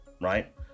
right